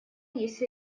есть